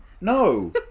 no